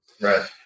Right